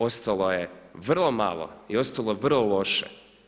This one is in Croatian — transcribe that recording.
Ostalo je vrlo malo i ostalo je vrlo loše.